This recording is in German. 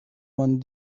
man